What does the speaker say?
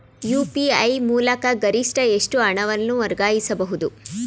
UPI ಮೂಲಕ ಗರಿಷ್ಠ ಎಷ್ಟು ಹಣವನ್ನು ವರ್ಗಾಯಿಸಬಹುದು?